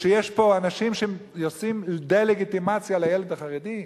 כשיש פה אנשים שעושים דה-לגיטימציה לילד החרדי?